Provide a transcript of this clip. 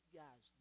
guys